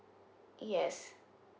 yes